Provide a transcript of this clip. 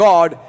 God